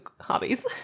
hobbies